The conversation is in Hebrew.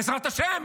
בעזרת ה'?